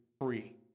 free